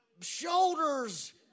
shoulders